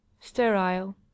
sterile